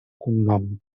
cognom